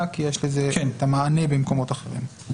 כי יש לזה את המענה במקומות אחרים.